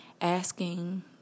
asking